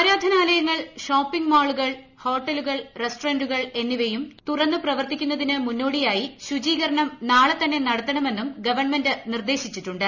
ആരാധനാലയങ്ങളും ഷോപ്പിംഗ് മാളുകൾ ഹോട്ടലുകൾ റെസ്റ്റോറന്റുകൾ എന്നിവയും തുറന്ന് പ്രവർത്തിക്കുന്നതിന് മുന്നോടിയായി ശുചീകരണം നാളെ നടത്തണമെന്നും ഗവൺമെന്റ് നിർദ്ദേശിച്ചിട്ടുണ്ട്